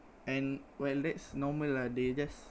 and while that's normal lah they just